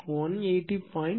எனவே Ia2 180